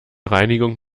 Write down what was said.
reinigung